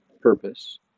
purpose